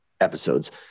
episodes